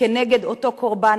כנגד אותו קורבן.